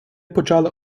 почали